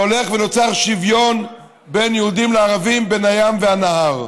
כשהולך ונוצר שוויון בין יהודים לערבים בין הים והנהר.